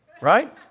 Right